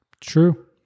True